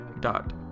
dot